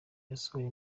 yasohoye